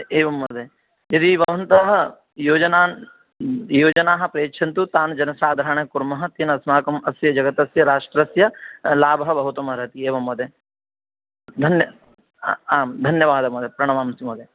एवं महोदय यदि भवन्तः योजनान् योजनाः प्रयच्छन्तु तान् जनसाधारणं कुर्मः तेन जगतः राष्ट्रस्य लाभः भवितुमर्हति एवं महोदय धन्यवादः आम् धन्यवादः महोदय प्रणमांसि महोदय